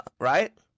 right